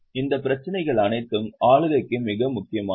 இந்த பிரச்சினைகள் அனைத்தும் ஆளுகைக்கு மிக முக்கியமானவை